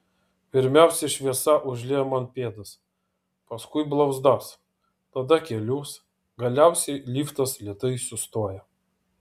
pirmiausia šviesa užlieja man pėdas paskui blauzdas tada kelius galiausiai liftas lėtai sustoja